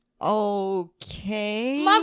okay